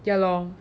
ya lor